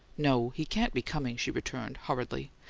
no he can't be coming, she returned, hurriedly,